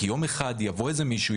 כי יום אחד יבוא איזה מישהו,